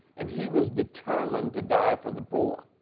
and he was determined to die for the poor.